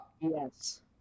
yes